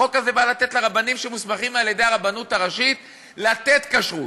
החוק הזה בא לתת לרבנים שמוסמכים על-ידי הרבנות הראשית לתת כשרות,